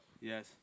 Yes